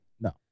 No